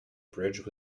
bridge